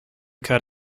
cut